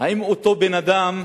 האם אותו אדם,